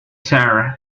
sarah